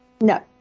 No